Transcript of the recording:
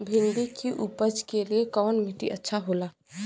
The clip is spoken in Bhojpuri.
भिंडी की अच्छी उपज के लिए कवन मिट्टी अच्छा होला?